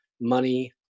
money